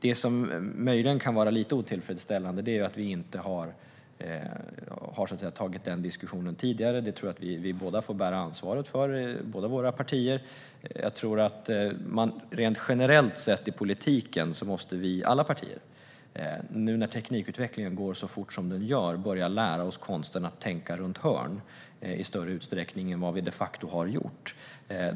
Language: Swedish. Det som möjligen kan vara lite otillfredsställande är att vi inte har tagit diskussionen tidigare. Det tror jag att båda våra partier får bära ansvaret för. Generellt sett i politiken tror jag att vi i alla partier, nu när teknikutvecklingen går så fort som den gör, måste börja lära oss konsten att tänka runt hörn i större utsträckning än vi de facto har gjort.